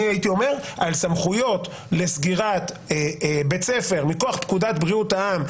הייתי אומר שעל סמכויות לסגירת בית ספר מכוח פקודת בריאות העם,